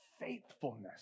faithfulness